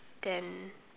then